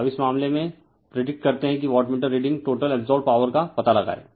अब इस मामले में प्रिडिक्ट करते है कि wattmeter reading total absorbed power का पता लगाएं